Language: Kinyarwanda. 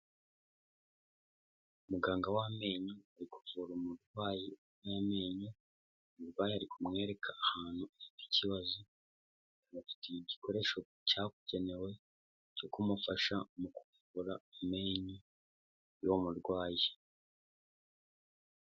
Muganga w'amenyo uri kuvura umurwayi w'amenyo, umurwayi ari kumwereka ahantu afite ikibazo, amufitiye igikoresho cyabugenewe cyo kumufasha mu kuvura amenyo y'uwo murwayi.